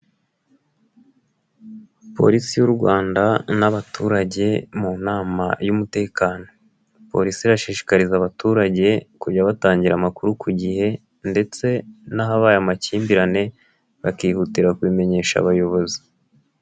Polisi y'u Rwanda n'abaturage mu nama y'umutekano, Polisi irashishikariza abaturage kujya batangira amakuru ku gihe ndetse n'ahabaye amakimbirane bakihutira kubimenyesha abayobozi.